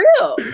real